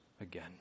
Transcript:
again